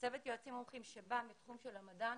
צוות יועצים מומחים שבא מתחום של המדען,